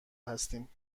هستیم